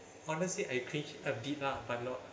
honestly I cringed a bit lah but not